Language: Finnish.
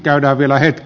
käydään vielä hetki